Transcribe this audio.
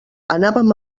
anàvem